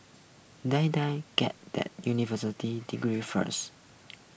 Die Die get that university degree first